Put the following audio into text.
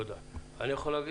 אני חייב,